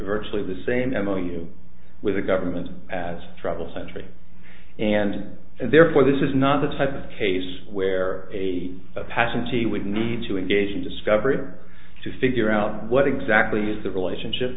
virtually the same m o you do with the government as trouble century and therefore this is not the type of case where a passenger you would need to engage in discovery or to figure out what exactly is the relationship